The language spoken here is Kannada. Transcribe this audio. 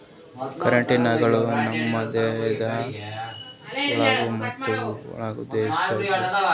ಕೆರಾಟಿನ್ಗಳು ನಮ್ಮ್ ದೇಹದ ಒಳಗ ಮತ್ತ್ ಹೊರಗ ಇದ್ದು ದೇಹದ ತೊಗಲ ಕೂದಲ ಉಗುರ ಬರಾಕ್ ಕಾರಣಾಗತದ